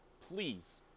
Please